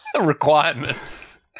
requirements